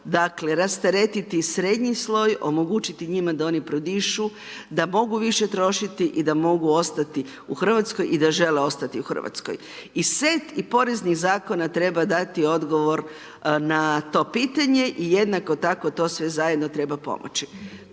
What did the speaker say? dakle rasteretiti srednji sloj, omogućiti njima da oni prodišu, da mogu više trošiti i da mogu ostati u Hrvatskoj i da žele ostati u Hrvatskoj. I set i poreznih zakona treba dati odgovor na to pitanje i jednako tako to sve zajedno treba pomoći.